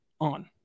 on